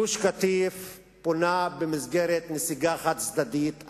גוש-קטיף פונה במסגרת נסיגה חד-צדדית.